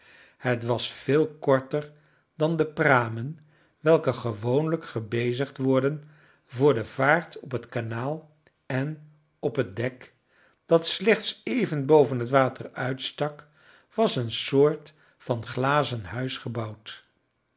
het was veel korter dan de pramen welke gewoonlijk gebezigd worden voor de vaart op het kanaal en op het dek dat slechts even boven het water uitstak was een soort van glazenhuis gebouwd